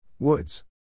Woods